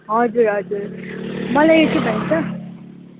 हजुर हजुर मलाई यो के भन्छ